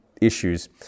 issues